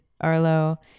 Arlo